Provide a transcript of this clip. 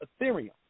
Ethereum